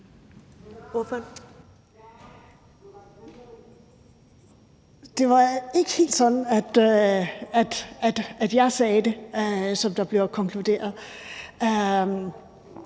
Det var ikke helt sådan, jeg sagde det, som der bliver konkluderet.